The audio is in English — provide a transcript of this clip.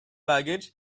baggage